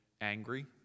angry